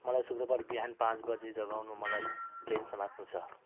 मलाई शुक्रवार बिहान पाँच बजे जगाउनु मलाई ट्रेन समात्नु छ